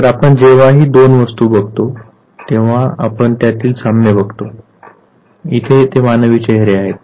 तर आपण जेव्हाही दोन वस्तू बघतो तेव्हा आपण त्यातील साम्य बघतो इथे ते मानवी चेहरे आहेत